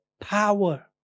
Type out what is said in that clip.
power